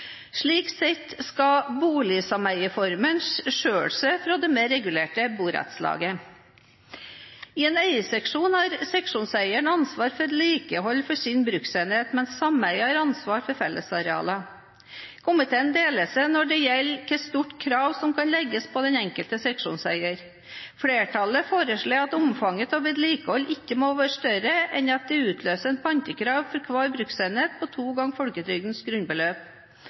Slik sett skal boligsameieformen skille seg fra det mer regulerte borettslaget. I en eierseksjon har seksjonseieren ansvar for vedlikehold av sin bruksenhet, mens sameiet har ansvar for fellesarealene. Komiteen deler seg når det gjelder hvor stort krav som kan legges på den enkelte seksjonseier. Flertallet foreslår at omfanget av vedlikeholdet ikke må være større enn at det utløser et pantekrav for hver bruksenhet på to ganger folketrygdens grunnbeløp.